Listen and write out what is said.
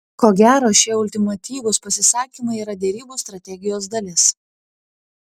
ko gero šie ultimatyvūs pasisakymai yra derybų strategijos dalis